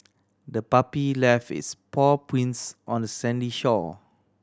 the puppy left its paw prints on the sandy shore